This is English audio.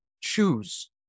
choose